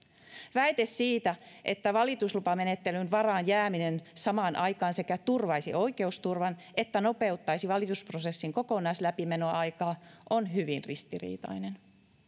väite siitä että valituslupamenettelyn varaan jääminen samaan aikaan sekä turvaisi oikeusturvan että nopeuttaisi valitusprosessin kokonaisläpimenoaikaa on hyvin ristiriitainen